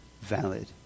valid